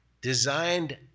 designed